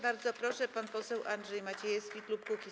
Bardzo proszę, pan poseł Andrzej Maciejewski, klub Kukiz’15.